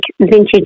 vintage